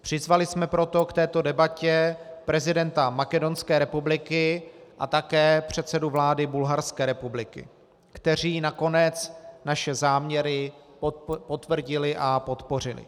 Přizvali jsme proto k této debatě prezidenta Makedonské republiky a také předsedu vlády Bulharské republiky, kteří nakonec naše záměry potvrdili a podpořili.